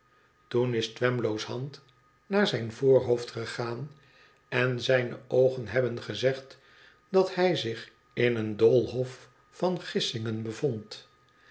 toen is twemlow's hand naar zijn voorhoofd gegaan en zijne oogen hebben gezegd dat hij zich in een doolhof van gissingen bevond